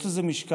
יש לזה משקל.